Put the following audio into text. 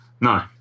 No